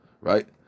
Right